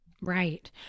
Right